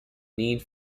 need